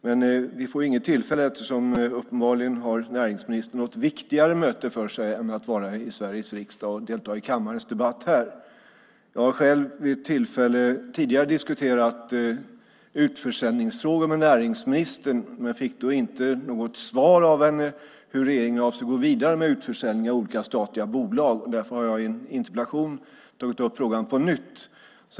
Men vi får inget tillfälle eftersom näringsministern uppenbarligen har något viktigare möte än att vara i Sveriges riksdag och delta i kammarens debatt. Jag har själv vid ett tillfälle tidigare diskuterat utförsäljningsfrågor med näringsministern, men jag fick då inte något svar av henne hur regeringen avser att gå vidare med utförsäljningen av olika statliga bolag. Därför har jag i en interpellation tagit upp frågan på nytt.